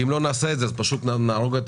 אם לא נעשה את זה אז פשוט נהרוג את